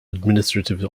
administrative